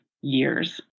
years